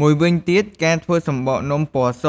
មួយវិញទៀត ការធ្វើសំបកនំពណ៌ស